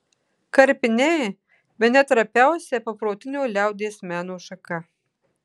karpiniai bene trapiausia paprotinio liaudies meno šaka